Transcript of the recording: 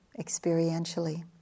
experientially